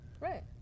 right